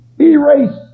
Erase